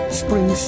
spring